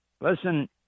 Listen